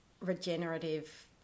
regenerative